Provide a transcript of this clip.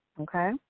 Okay